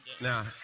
Now